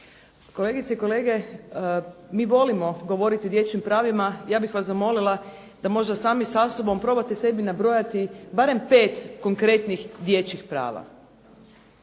Kolegice i kolege mi volimo govoriti o dječjim pravima, ja bih vas zamolila da možda sami sa sobom probate sebi nabrojati barem pet konkretnih dječjih prava.